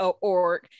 org